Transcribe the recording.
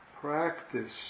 practice